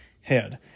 head